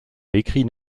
écrit